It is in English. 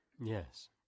Yes